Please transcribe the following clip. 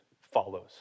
follows